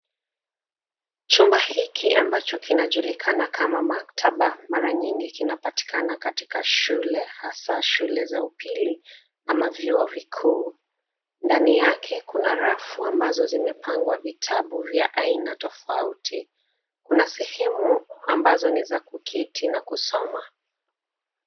Chumba hiki ambacho kinajulikana kama maktaba mara nyingi kinapatikana katika shule hasa shule za upili ama vyuo vikuu. Ndani yake kuna rafu ambazo zimepangwa vitabu tofauti. Kuna sehemu ambazo ni za kuketi na kusoma.